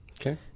Okay